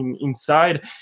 inside